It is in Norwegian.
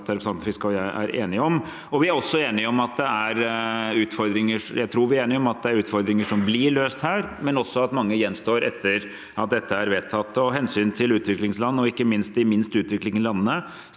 det er utfordringer. Jeg tror vi er enige om at det er utfordringer som blir løst her, men også at mange gjenstår etter at dette er vedtatt. Hensynet til utviklingsland, ikke minst de minst utviklede landene,